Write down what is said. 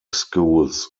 schools